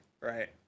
right